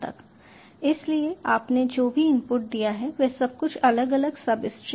इसलिए आपने जो भी इनपुट दिया है वह सब कुछ अलग अलग सबस्ट्रिंग है